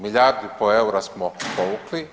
Milijardu i pol eura smo povukli.